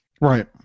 right